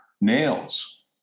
nails